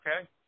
okay